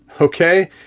okay